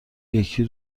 یکی